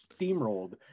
steamrolled